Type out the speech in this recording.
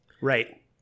Right